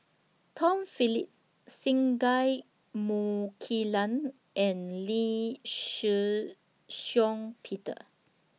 Tom Phillips Singai Mukilan and Lee Shih Shiong Peter